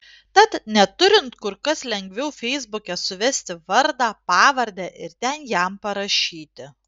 tad neturint kur kas lengviau feisbuke suvesti vardą pavardę ir ten jam parašyti